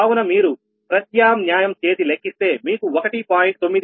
కావున మీరు ప్రత్యామ్న్యాయం చేసి లెక్కిస్తే మీకు 1